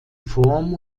form